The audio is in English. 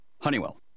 Honeywell